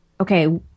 okay